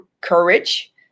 courage